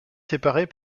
séparées